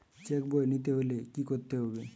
Check বই নিতে হলে কি করতে হবে?